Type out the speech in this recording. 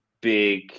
big